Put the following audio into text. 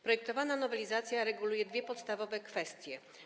Projektowana nowelizacja reguluje dwie podstawowe kwestie.